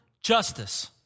justice